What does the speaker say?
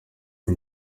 iyi